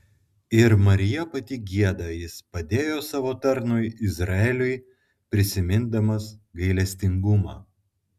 ir marija pati gieda jis padėjo savo tarnui izraeliui prisimindamas gailestingumą